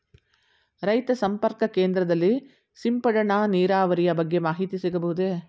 ರೈತ ಸಂಪರ್ಕ ಕೇಂದ್ರದಲ್ಲಿ ಸಿಂಪಡಣಾ ನೀರಾವರಿಯ ಬಗ್ಗೆ ಮಾಹಿತಿ ಸಿಗಬಹುದೇ?